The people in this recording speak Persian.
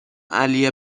علی